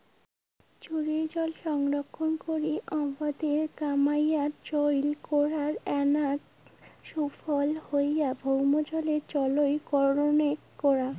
ঝড়ির জল সংরক্ষণ করি আবাদের কামাইয়ত চইল করার এ্যাকনা সুফল হইল ভৌমজলের চইল কণেক করা